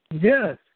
Yes